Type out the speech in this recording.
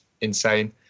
insane